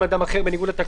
למה?